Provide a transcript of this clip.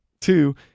Two